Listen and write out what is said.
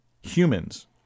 humans